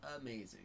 amazing